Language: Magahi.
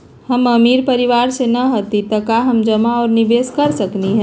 हम अमीर परिवार से न हती त का हम जमा और निवेस कर सकली ह?